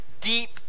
deep